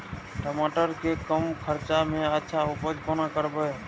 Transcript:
टमाटर के कम खर्चा में अच्छा उपज कोना करबे?